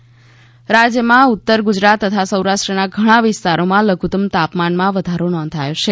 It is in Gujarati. હવામાન રાજ્યમાં ઉત્તર ગુજરાત તથા સૌરાષ્ટ્રના ઘણા વિસ્તારોમાં લધુત્તમ તાપમાનમાં વધારો નોંધાયો છે